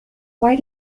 why